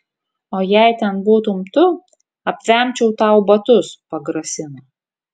o jei ten būtum tu apvemčiau tau batus pagrasino